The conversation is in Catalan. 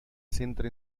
centre